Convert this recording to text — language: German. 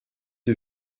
die